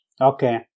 okay